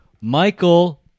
Michael